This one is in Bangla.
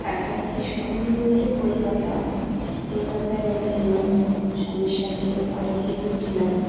কাছাকাছি শহর বলতে কলকাতা কলকাতায় আমি আমার স্বামীর সাথে অনেক দিনই ছিলাম